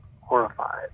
horrified